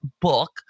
book